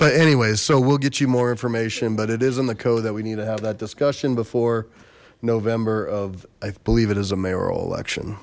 but anyway so we'll get you more information but it is in the code that we need to have that discussion before november of i believe it is a mayoral election